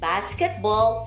Basketball